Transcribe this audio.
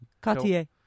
Cartier